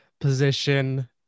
position